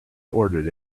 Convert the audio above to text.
ordered